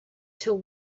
till